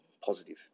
positive